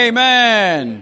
Amen